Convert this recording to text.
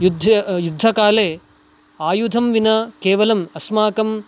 युद्धे युद्धकाले आयुधं विना केवलम् अस्माकम्